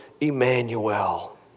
Emmanuel